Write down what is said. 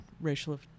racial